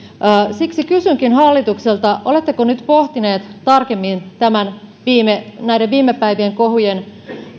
siksi kysynkin hallitukselta oletteko nyt pohtineet tarkemmin näiden viime päivien kohujen